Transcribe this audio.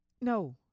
No